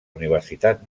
universitat